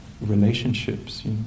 relationships